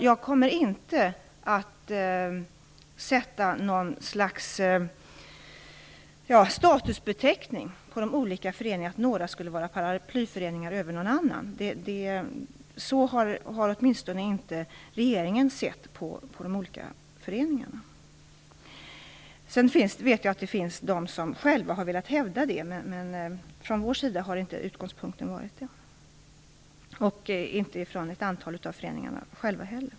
Jag kommer inte att sätta någon statusbeteckning på de olika föreningarna - att några skulle vara paraplyföreningar över några andra. Så har åtminstone inte regeringen sett på de olika föreningarna. Sedan vet jag att det finns de som själva har velat hävda det, men från vår sida har inte det varit utgångspunkten, och inte från ett antal av föreningarna själva heller.